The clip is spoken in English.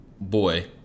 Boy